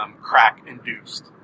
crack-induced